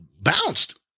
Bounced